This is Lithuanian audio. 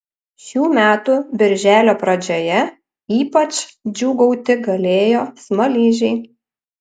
šių metų birželio pradžioje ypač džiūgauti galėjo smaližiai